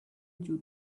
due